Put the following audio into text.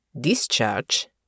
Discharge